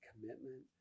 commitment